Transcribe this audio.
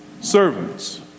servants